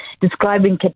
describing